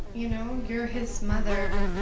you know? you're his mother.